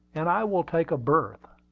and i will take a berth.